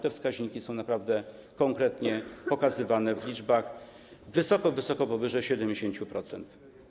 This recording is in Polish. Te wskaźniki są naprawdę konkretnie pokazywane w liczbach - wysoko, wysoko powyżej 70%.